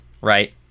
right